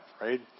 right